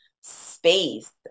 space